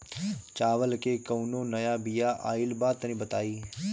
चावल के कउनो नया बिया आइल बा तनि बताइ?